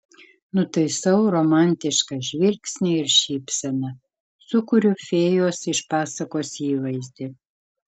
nutaisau romantišką žvilgsnį ir šypseną sukuriu fėjos iš pasakos įvaizdį